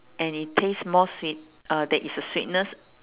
and it taste more sweet uh there is a sweetness